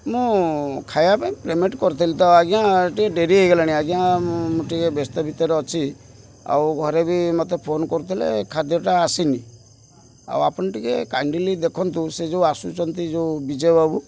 ମୁଁ ଖାଇବା ପାଇଁ ପେମେଣ୍ଟ କରିଥିଲି ତ ଆଜ୍ଞା ଟିକେ ଡେରି ହେଇଗଲାଣି ଆଜ୍ଞା ଟିକେ ବ୍ୟସ୍ତ ଭିତରେ ଅଛି ଆଉ ଘରେ ବି ମୋତେ ଫୋନ୍ କରୁଥିଲେ ଖାଦ୍ୟଟା ଆସିନି ଆଉ ଆପଣ ଟିକେ କାଇଣ୍ଡଲି ଦେଖନ୍ତୁ ସେ ଯେଉଁ ଆସୁଛନ୍ତି ଯେଉଁ ବିଜୟବାବୁ